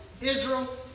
Israel